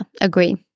agree